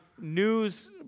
news